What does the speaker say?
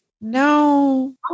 No